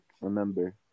remember